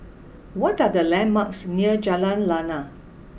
what are the landmarks near Jalan Lana